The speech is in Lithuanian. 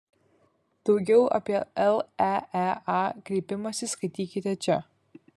daugiau apie leea kreipimąsi skaitykite čia